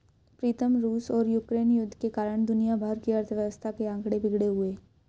प्रीतम रूस और यूक्रेन युद्ध के कारण दुनिया भर की अर्थव्यवस्था के आंकड़े बिगड़े हुए